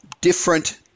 different